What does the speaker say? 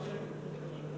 הכנסת יחימוביץ.